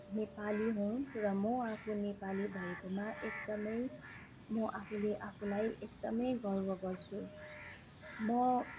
नेपाली हुँ र म आफू नेपाली भएकोमा एकदमै म आफूले आफुलाई एकदमै गर्व गर्छु म